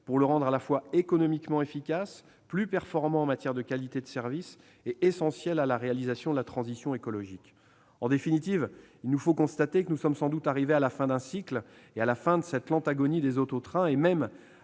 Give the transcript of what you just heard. pour le rendre à la fois économiquement efficace, plus performant en matière de qualité de service et essentiel à la réalisation de la transition écologique. En définitive, nous sommes arrivés à la fin d'un cycle, à la fin de la lente agonie des auto-trains : même